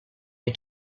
you